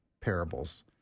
parables